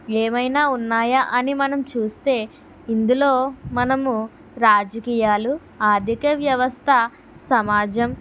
ఏమైనా ఉన్నాయా అని మనం చూస్తే ఇందులో మనము రాజకీయాలు ఆర్ధిక వ్యవస్థ సమాజం